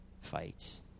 fights